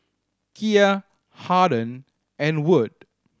Kiya Harden and Wood